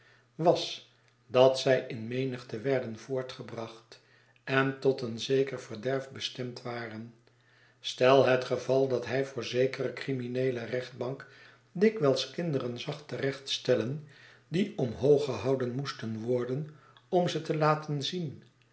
was dat zij in menigte werden vobrtgebracht en tot een zeker verderf bestemd waren stel het geval dat hij voor zekere crimineele rechtbank dikwijls kinderen zag te recht stellen die omhoog gehouden moesten worden om ze te laten zien